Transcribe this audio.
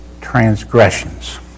transgressions